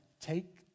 take